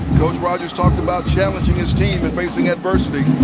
coach rogers talked about challenging his team and facing adversity.